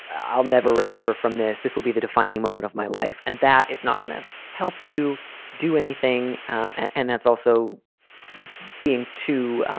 i'll never recover from this. this will be the defining moment of my life and that is not going to help you do anything. and that's also being too,